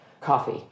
coffee